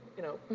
you know,